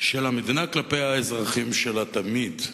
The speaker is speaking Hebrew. של המדינה כלפי האזרחים שלה, תמיד.